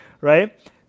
right